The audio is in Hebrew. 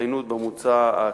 הצטיינות לפי ממוצע אקדמי,